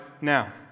now